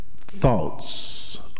thoughts